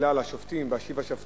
תפילה על השופטים, "והשיבה שופטינו"